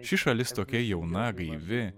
ši šalis tokia jauna gaivi